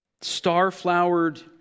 star-flowered